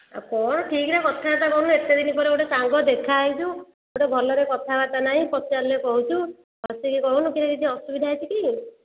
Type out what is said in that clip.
ଆଉ କ'ଣ ଠିକରେ କଥାବାର୍ତ୍ତା କରୁନୁ ଏତେଦିନ ପରେ ଗୋଟେ ସାଙ୍ଗ ଦେଖା ହେଇଛୁ ଗୋଟେ ଭଲରେ କଥାବର୍ତ୍ତା ନାହିଁ ପଚାରିଲେ କହୁଛୁ ହସିକି କହୁନୁ କିରେ କିଛି ଅସୁବିଧା ହେଇଛିକି